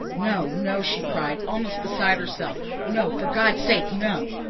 no, no! she cried, almost beside herself, no, for god's sake, no!